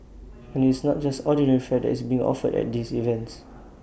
and IT is not just ordinary fare that is being offered at these events